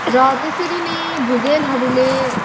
र त्यसरी नै भुजेलहरूले